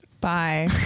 Bye